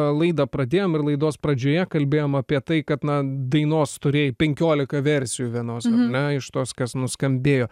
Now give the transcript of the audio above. laidą pradėjom ir laidos pradžioje kalbėjom apie tai kad na dainos turėjai penkiolika versijų vienos ar ne iš tos kas nuskambėjo